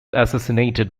assassinated